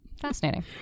Fascinating